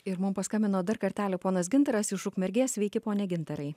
ir mums paskambino dar kartelį ponas gintaras iš ukmergės sveiki pone gintarai